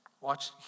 Watch